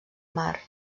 mar